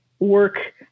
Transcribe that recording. work